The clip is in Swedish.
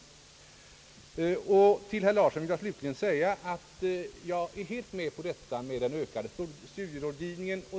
Till herr Thorsten Larsson vill jag ytterligare säga, att jag är helt med på vad han sagt om ökad studierådgivning.